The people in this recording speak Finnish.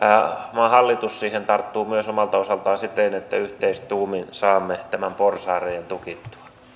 maan hallitus siihen tarttuu myös omalta osaltaan siten että yhteistuumin saamme tämän porsaanreiän tukittua